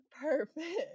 Perfect